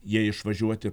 jie išvažiuoti